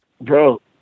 bro